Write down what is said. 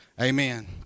Amen